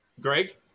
Greg